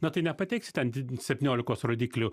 na tai nepateiksi ten di septyniolikos rodiklių